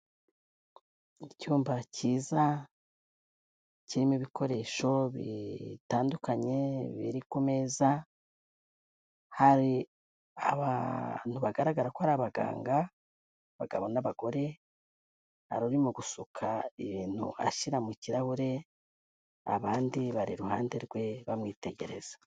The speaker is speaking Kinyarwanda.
Icyumba kiza kirimo ibikoresho bitandukanye biri ku meza, hari abantu bagaragara ko ari abaganga, abagabo n'abagore, hari urimo gusuka ibintu ashyira mu kirahure, abandi bari iruhande rwe bamwitegereza.